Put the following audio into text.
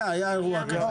היה, היה אירוע כזה.